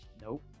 nope